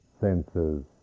senses